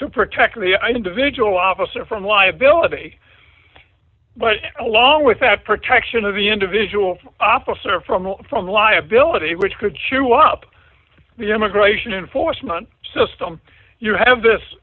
to protect the i think the visual officer from liability but along with that protection of the individual officer from from liability which could chew up the immigration enforcement system you have this